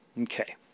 Okay